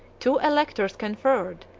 two electors conferred,